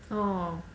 oh